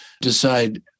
decide